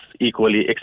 equally